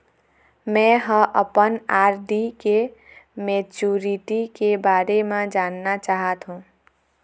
में ह अपन आर.डी के मैच्युरिटी के बारे में जानना चाहथों